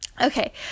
Okay